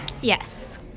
Yes